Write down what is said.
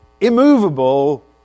immovable